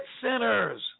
sinners